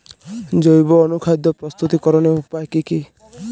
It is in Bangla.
জৈব অনুখাদ্য প্রস্তুতিকরনের উপায় কী কী?